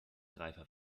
reifer